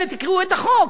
הנה תקראו את החוק,